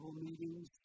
meetings